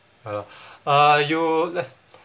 ya lor uh you